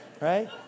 right